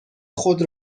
خود